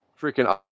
freaking